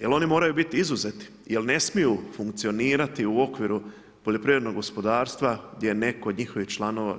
Jer oni moraju biti izuzeti, jel' ne smiju funkcionirati u okviru poljoprivrednog gospodarstva gdje je netko od njihovih članova